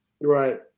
Right